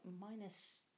minus